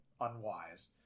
unwise